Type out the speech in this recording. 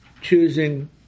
choosing